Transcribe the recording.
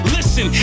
Listen